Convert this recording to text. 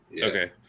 Okay